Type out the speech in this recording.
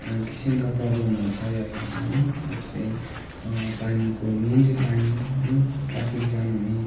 किसिमका प्रब्लमहरू सहिरहेका छ जस्तै पानीको मेन चाहिँ पानी है ट्राफिक जाम हुने